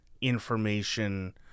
information